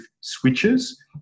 switches